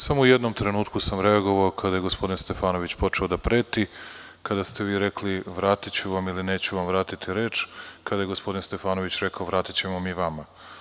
Samo u jednom trenutku sam reagovao kada je gospodin Stefanović počeo da preti, kada ste vi rekli – vratiću vam i neću vam vratiti reč, kada je gospodin Stefanović rekao – vratićemo mi vama.